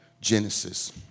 Genesis